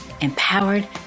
empowered